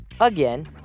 again